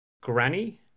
Granny